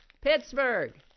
pittsburgh